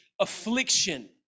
affliction